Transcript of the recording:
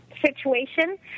situation